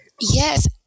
Yes